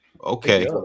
Okay